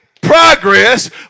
progress